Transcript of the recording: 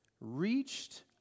reached